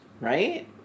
Right